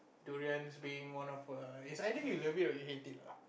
durians being one of a it's either you love it or you hate it lah